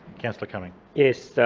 councillor cumming yes,